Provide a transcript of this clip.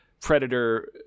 predator